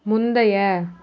முந்தைய